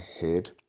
head